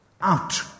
Out